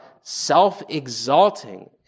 self-exalting